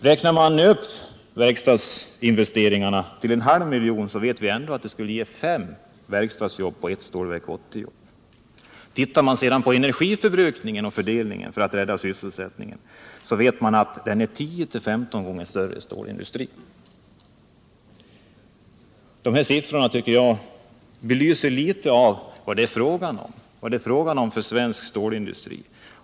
Räknar man upp investeringarna i verkstadsindustrin till en halv miljon skulle det ändå bli 5 verkstadsjobb på ett Stålverk 80-jobb. Dessutom vet man att energiförbrukningen är 10-15 gånger större i stålindustrin än i verkstadsindustrin. Det visar vad det skulle kosta att på detta sätt rädda sysselsättningen. De här siffrorna belyser vad för slags svensk stålindustri det var fråga om.